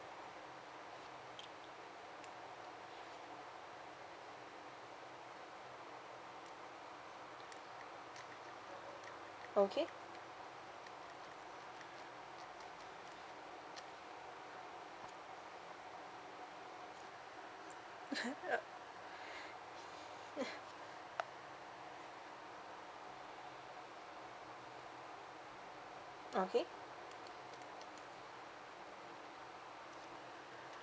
okay okay